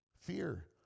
Fear